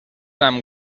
amb